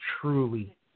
truly